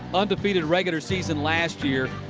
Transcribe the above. undefeated regular season last year.